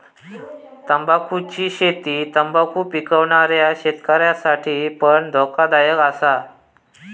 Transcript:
तंबाखुची शेती तंबाखु पिकवणाऱ्या शेतकऱ्यांसाठी पण धोकादायक असा